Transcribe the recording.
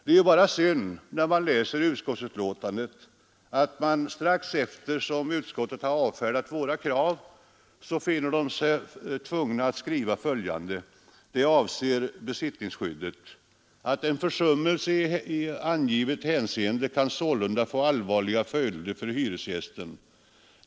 Det är bara synd att man i utskottsbetänkandet, strax efter att utskottet avfärdat våra krav, tvingas skriva följande som avser besittningsskyddet: ”En försummelse i angivet hänseende kan sålunda få allvarliga följder för hyresgästen.